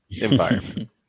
environment